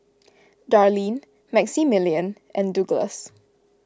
Darlene Maximillian and Douglass